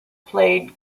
played